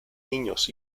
niños